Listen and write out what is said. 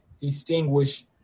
distinguish